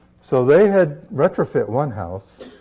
so they had retrofit one house,